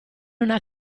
una